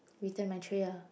return my tray ah